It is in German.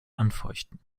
anfeuchten